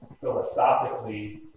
philosophically